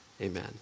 Amen